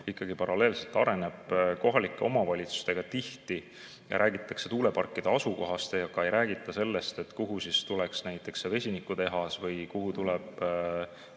ikkagi paralleelselt areneb. Kohalike omavalitsustega räägitakse tihti tuuleparkide asukohast, aga ei räägita sellest, kuhu tuleks näiteks see vesinikutehas või kuhu tuleks